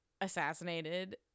assassinated